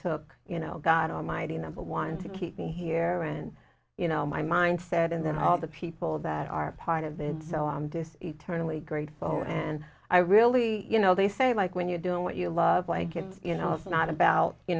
took you know god almighty number one to keep me here and you know my mindset and then all the people that are part of it so i'm deuced eternally grateful and i really you know they say like when you're doing what you love like it's you know it's not about you